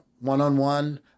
one-on-one